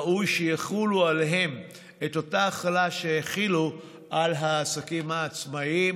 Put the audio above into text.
ראוי שתחול עליהם אותה החלה שהחילו על העסקים העצמאיים.